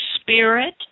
spirit